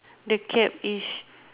the cap is